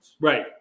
Right